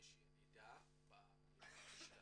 ירידה באלימות המשטרתית,